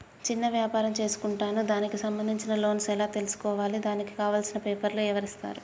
చిన్న వ్యాపారం చేసుకుంటాను దానికి సంబంధించిన లోన్స్ ఎలా తెలుసుకోవాలి దానికి కావాల్సిన పేపర్లు ఎవరిస్తారు?